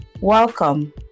Welcome